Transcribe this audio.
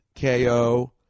KO